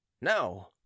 No